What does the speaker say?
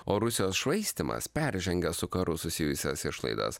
o rusijos švaistymas peržengia su karu susijusias išlaidas